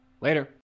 later